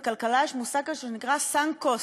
ובכלכלה יש מושג כזה שנקראsunk cost,